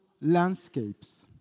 landscapes